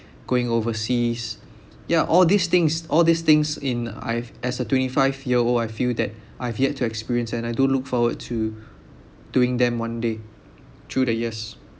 going overseas ya all these things all these things in I've as a twenty five year old I feel that I've yet to experience and I do look forward to doing them one day through the years